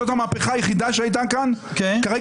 זאת המהפכה היחידה שהייתה כאן ועכשיו